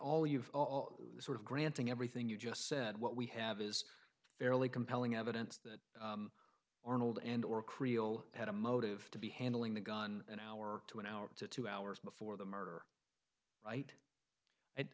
all you have all sort of granting everything you just said what we have is fairly compelling evidence that arnold and or creel had a motive to be handling the gun an hour to an hour to two hours before the murder right and